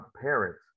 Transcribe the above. parents